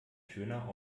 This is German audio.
schöner